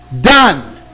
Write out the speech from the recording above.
done